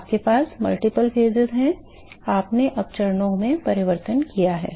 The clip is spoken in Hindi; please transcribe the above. आपके पास कई चरण हैं आपने अब चरणों में परिवर्तन किया है